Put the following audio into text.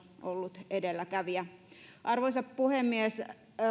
ollut edelläkävijä arvoisa puhemies